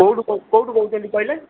କୋଉଠୁ କୋଉଠୁ କହୁଛନ୍ତି କହିଲେ